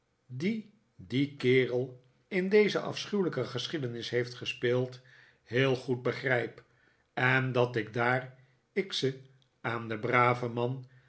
die die kerel in deze afschuwelijke geschiedenis heeft gespeeld heel goed begrijp en dat ik daar ik ze aan den brayen man